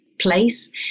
place